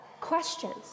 questions